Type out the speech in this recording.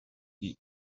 die